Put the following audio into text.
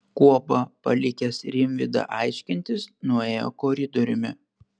guoba palikęs rimvydą aiškintis nuėjo koridoriumi